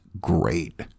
great